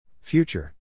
Future